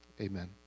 Amen